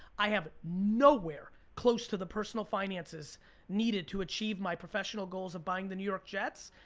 i have nowhere close to the personal finances needed to achieve my professional goals of buying the new york jets.